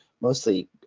mostly